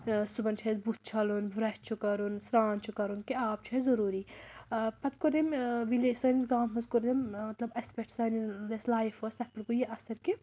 صُبحَن چھِ اَسہِ بُتھ چھَلُن برٛٮ۪ش چھُ کَرُن سرٛان چھُ کَرُن کہِ آب چھُ اَسہِ ضٔروٗری پَتہٕ کوٚر أمۍ وِلے سٲنِس گامَس منٛز کوٚر أمۍ مطلب اَسہِ پٮ۪ٹھ سانٮ۪ن یۄس لایف ٲسۍ تَتھ پٮ۪ٹھ گوٚو یہِ اَثَر کہِ